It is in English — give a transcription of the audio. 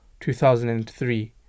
2003